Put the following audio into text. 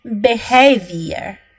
behavior